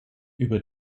über